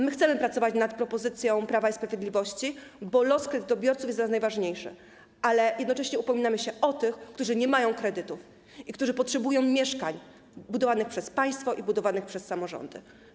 My chcemy pracować nad propozycją Prawa i Sprawiedliwości, bo los kredytobiorców jest dla nas najważniejszy, ale jednocześnie upominamy się o tych, którzy nie mają kredytów, ale potrzebują mieszkań budowanych przez państwo i budowanych przez samorządy.